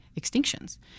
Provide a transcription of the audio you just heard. extinctions